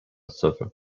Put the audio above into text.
surfer